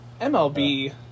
MLB